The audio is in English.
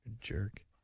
Jerk